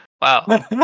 Wow